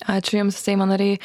ačiū jums seimo nariai